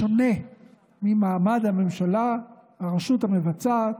בשונה ממעמד הממשלה, הרשות המבצעת,